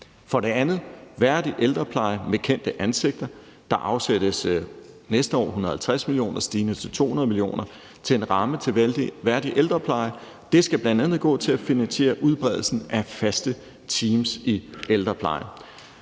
nævne en værdig ældrepleje med kendte ansigter. Der afsættes næste år 150 mio. kr. stigende til 200 mio. kr. til en ramme til værdig ældrepleje. Det skal bl.a. gå til at finansiere udbredelsen af faste teams i ældreplejen.